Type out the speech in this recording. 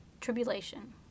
tribulation